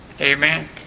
Amen